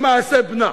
במעשה בנה?